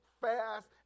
fast